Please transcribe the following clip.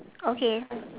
okay